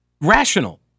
rational